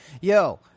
yo